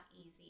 easy